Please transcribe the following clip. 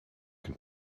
can